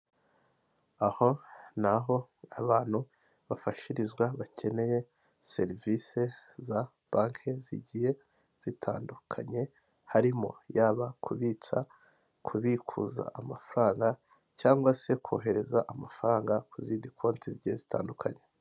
Aho naho abantu bafashirizwa bakeneye serivisi za banki zigiye zitandukanye; harimo yaba kubitsa, kubikuza amafaranga, cyangwa se kohereza amafaranga ku zindi konti zigiye zitandukanye.